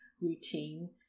routine